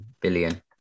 billion